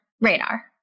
radar